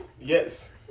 Yes